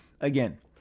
Again